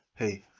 Hey